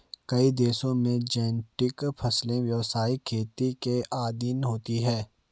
कई देशों में जेनेटिक फसलें व्यवसायिक खेती के अधीन होती हैं